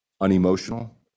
unemotional